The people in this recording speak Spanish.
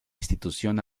institución